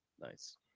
nice